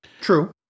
True